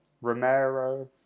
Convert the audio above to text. Romero